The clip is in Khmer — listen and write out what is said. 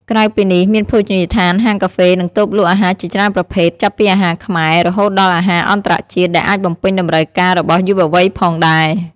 ក្រៅពីនេះ មានភោជនីយដ្ឋាន ហាងកាហ្វេ និងតូបលក់អាហារជាច្រើនប្រភេទ ចាប់ពីអាហារខ្មែរ រហូតដល់អាហារអន្តរជាតិ ដែលអាចបំពេញតម្រូវការរបស់យុវវ័យផងដែរ។